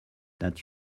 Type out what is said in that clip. that